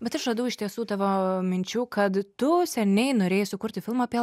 bet aš radau iš tiesų tavo minčių kad tu seniai norėjai sukurti filmą apie